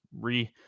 re